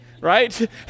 right